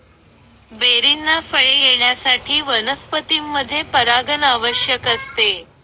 बेरींना फळे येण्यासाठी वनस्पतींमध्ये परागण आवश्यक असते